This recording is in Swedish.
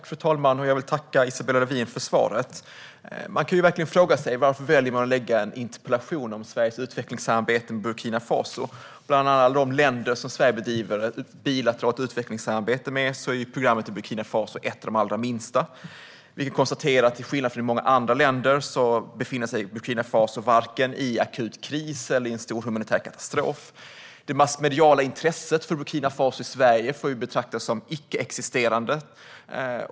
Fru talman! Jag vill tacka Isabella Lövin för svaret. Man kan verkligen fråga sig varför jag väljer att ställa en interpellation om Sveriges utvecklingssamarbete med Burkina Faso. Bland alla de länder som Sverige bedriver ett bilateralt utvecklingssamarbete med har Burkina Faso ett av de allra minsta programmen. Vi kan konstatera att Burkina Faso, till skillnad från många andra länder, inte befinner sig i akut kris eller i en stor humanitär katastrof. Det massmediala intresset i Sverige för Burkina Faso får betraktas som icke-existerande.